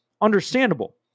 Understandable